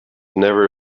never